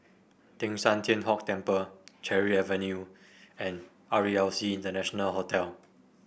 Teng San Tian Hock Temple Cherry Avenue and R E L C International Hotel